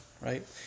right